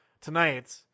tonight